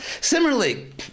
Similarly